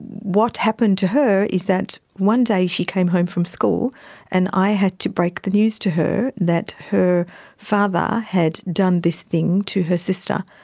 what happened to her is that one day she came home from school and i had to break the news to her that her father had done this thing to her sister.